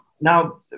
now